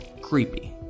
creepy